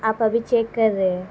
آپ ابھی چیک کر رہے ہیں